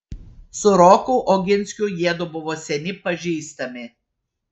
su roku oginskiu jiedu buvo seni pažįstami